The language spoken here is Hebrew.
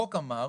החוק אמר